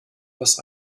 was